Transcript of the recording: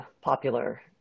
popular